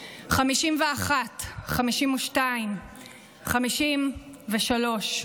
51, 52, 53,